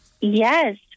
Yes